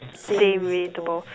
same relatable